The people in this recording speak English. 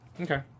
Okay